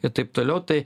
ir taip toliau tai